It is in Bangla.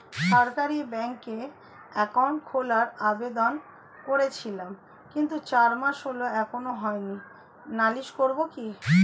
সরকারি ব্যাংকে একাউন্ট খোলার আবেদন করেছিলাম কিন্তু চার মাস হল এখনো হয়নি নালিশ করব কি?